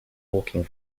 walking